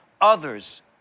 others